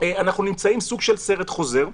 אנחנו נמצאים בסוג של סרט חוזר.